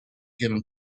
given